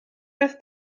beth